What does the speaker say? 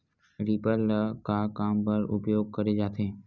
Reaper ल का काम बर उपयोग करे जाथे?